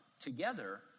together